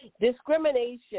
discrimination